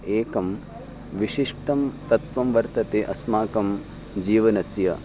एकं विशिष्टं तत्वं वर्तते अस्माकं जीवनस्य